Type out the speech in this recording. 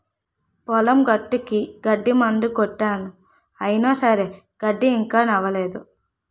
పొలం గట్టుకి గడ్డి మందు కొట్టినాను అయిన సరే గడ్డి ఇంకా సవ్వనేదు